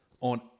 on